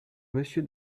monsieur